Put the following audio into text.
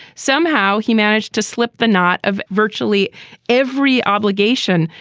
somehow he managed to slip the knot of virtually every obligation,